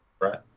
right